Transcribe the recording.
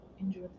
enjoy